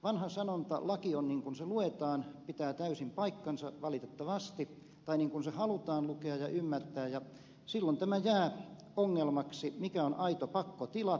vanha sanonta laki on niin kuin se luetaan pitää täysin paikkansa valitettavasti tai niin kuin se halutaan lukea ja ymmärtää ja silloin tämä jää ongelmaksi mikä on aito pakkotila